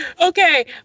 Okay